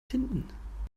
finden